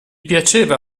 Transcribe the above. piaceva